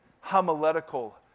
homiletical